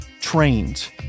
Trains